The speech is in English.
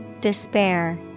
Despair